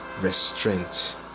restraint